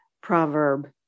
proverb